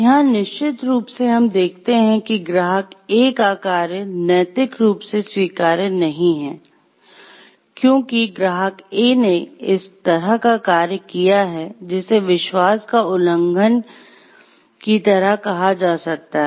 यहाँ निश्चित रूप से हम देखते हैं कि ग्राहक A का कार्य नैतिक रूप से स्वीकार्य नहीं है क्योंकि ग्राहक A ने इस तरह का कार्य किया है जिसे विश्वास का उल्लंघन की तरह कहा जा सकता है